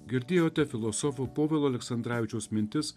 girdėjote filosofo povilo aleksandravičiaus mintis